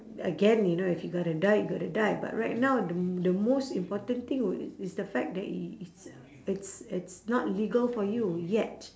again you know if you got to die you got to die but right now the the most important thing would is the fact that it it's it's it's not legal for you yet